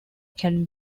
can